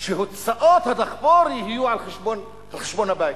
שהוצאות הדחפור יהיו על חשבון הבית.